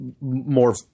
more